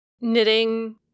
Knitting